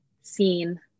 seen